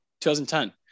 2010